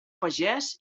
pagès